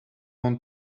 want